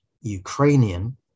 Ukrainian